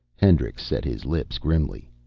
hendricks set his lips grimly.